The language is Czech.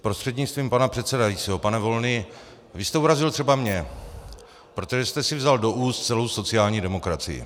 Prostřednictvím pana předsedajícího pane Volný, vy jste urazil třeba mě, protože jste si vzal do úst celou sociální demokracii.